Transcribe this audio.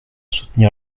soutenir